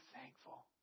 thankful